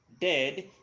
dead